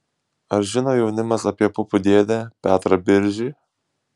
ar žino jaunimas apie pupų dėdę petrą biržį